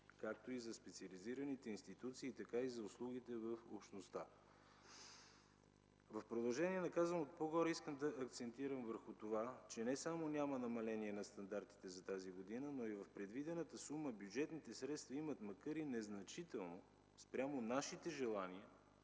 както за специализираните институции, така и за услугите в общността. В продължение на казаното по-горе искам да акцентирам върху това, че не само няма намаление на стандартите за тази година, но в предвидената сума бюджетните средства имат, макар и незначително спрямо нашите желания